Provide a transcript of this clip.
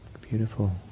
beautiful